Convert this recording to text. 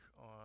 on